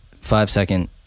five-second